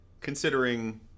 considering